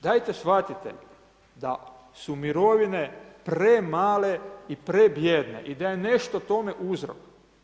Dajte shvatite da su mirovine premale i prebijedne i da je nešto tome uzrok.